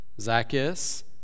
Zacchaeus